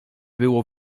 było